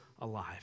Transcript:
alive